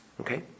Okay